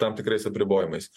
tam tikrais apribojimais